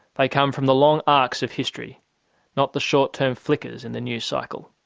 they come from the long arcs of history not the short term flickers in the news cycle.